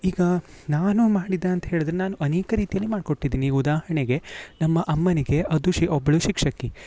ಈಗ ನಾನು ಮಾಡಿದ ಅಂತ ಹೇಳಿದರೆ ನಾನು ಅನೇಕ ರೀತಿಯಲ್ಲಿ ಮಾಡ್ಕೊಟ್ಟಿದ್ದೀನಿ ಉದಾಹರಣೆಗೆ ನಮ್ಮ ಅಮ್ಮನಿಗೆ ಅದು ಶ್ ಒಬ್ಬಳು ಶಿಕ್ಷಕಿ